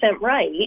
right